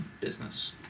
business